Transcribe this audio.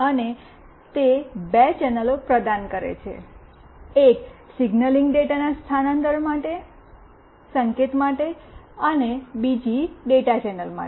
અને તે બે ચેનલો પ્રદાન કરે છે એક સિગ્નલિંગ ડેટાના સ્થાનાંતરણ સંકેત માટે અને બીજી ડેટા ચેનલ માટે